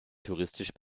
touristisch